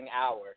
hour